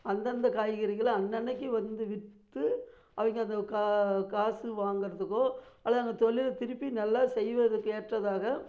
அந்தந்த காய்கறிகள் அன்றை அன்றைக்கி வந்து விற்று அவங்க அந்த காசு வாங்கிறதுக்கோ அல்லது அந்த தொழிலை திருப்பி நல்லா செய்வதற்கு ஏற்றதாக